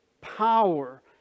power